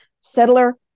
settler